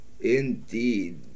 Indeed